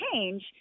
change